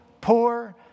Poor